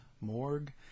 Morgue